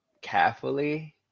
carefully